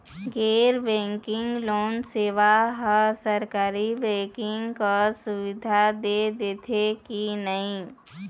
गैर banking loan सेवा हा सरकारी बैंकिंग कस सुविधा दे देथे कि नई नहीं?